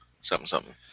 something-something